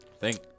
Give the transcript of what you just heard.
Thank